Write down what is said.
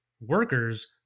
workers